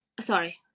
sorry